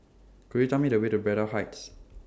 Could YOU Tell Me The Way to Braddell Heights